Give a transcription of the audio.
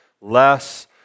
less